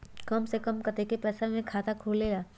कम से कम कतेइक पैसा में खाता खुलेला?